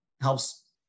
helps